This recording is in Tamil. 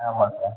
ஆமாம் சார்